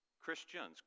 Christians